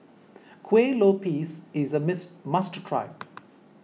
Kueh Lopes is a mist must try